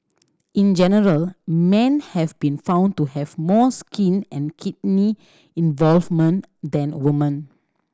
in general men have been found to have more skin and kidney involvement than the woman